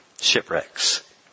shipwrecks